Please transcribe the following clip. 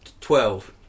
twelve